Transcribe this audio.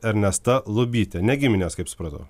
ernesta lubytė ne giminės kaip supratau